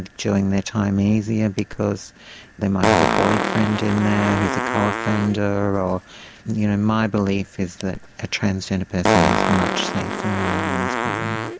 doing their time easier because they might have a boyfriend in there who is a co-offender. ah you know my belief is that a transgender person is much safer in a women's prison.